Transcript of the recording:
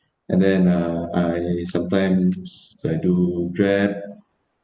and then uh I sometimes I do Grab